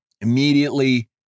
immediately